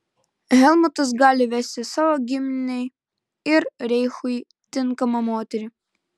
helmutas gali vesti savo giminei ir reichui tinkamą moterį